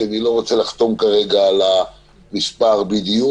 אני לא רוצה לחתום כרגע על המספר בדיוק,